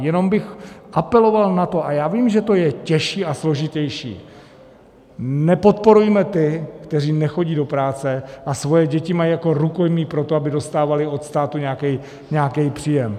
Jenom bych apeloval na to, a já vím, že to je těžší a složitější: Nepodporujme ty, kteří nechodí do práce a svoje děti mají jako rukojmí pro to, aby dostávali od státu nějaký příjem!